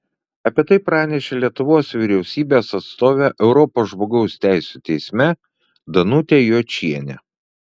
apie tai pranešė lietuvos vyriausybės atstovė europos žmogaus teisių teisme danutė jočienė